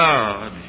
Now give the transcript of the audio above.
God